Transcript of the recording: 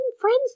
friends